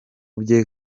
bye